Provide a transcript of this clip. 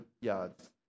yards